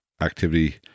activity